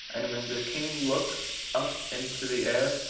and when the king looked up into the air,